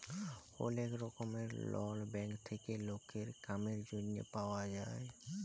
ওলেক রকমের loan bank থেক্যে লকের কামের জনহে পাওয়া যায়